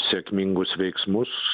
sėkmingus veiksmus